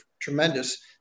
tremendous